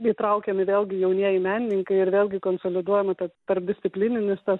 įtraukiami vėlgi jaunieji menininkai ir vėlgi konsoliduojama tarp tarpdisciplininis tas